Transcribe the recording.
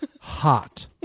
hot